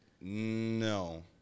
No